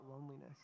loneliness